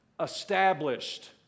established